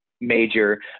major